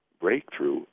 breakthrough